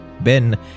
Ben